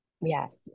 Yes